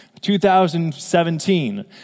2017